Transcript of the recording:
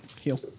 Heal